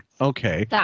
Okay